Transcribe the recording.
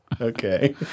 okay